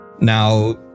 Now